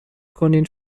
کنین